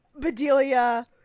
Bedelia